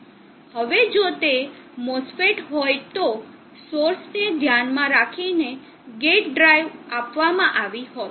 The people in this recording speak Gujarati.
હવે જો તે MOSFET હોત તો સોર્સને ધ્યાનમાં રાખીને ગેટ ડ્રાઇવ આપવામાં આવી હોત